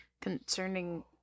Concerning